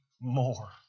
more